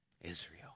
Israel